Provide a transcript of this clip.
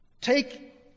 Take